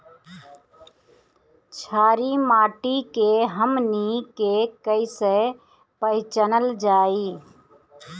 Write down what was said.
छारी माटी के हमनी के कैसे पहिचनल जाइ?